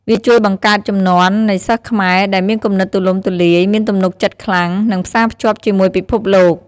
វាជួយបង្កើតជំនាន់នៃសិស្សខ្មែរដែលមានគំនិតទូលំទូលាយ មានទំនុកចិត្តខ្លាំង និងផ្សាភ្ជាប់ជាមួយពិភពលោក។